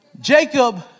Jacob